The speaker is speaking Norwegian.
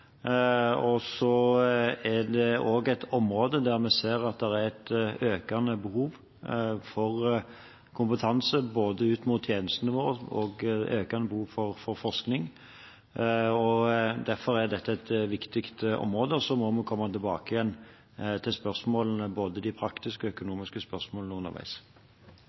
og det er et økende behov for forskning. Derfor er dette et viktig område. Så må vi komme tilbake til både de praktiske og økonomiske spørsmålene underveis.